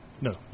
No